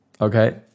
Okay